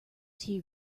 tea